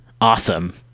Awesome